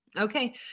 Okay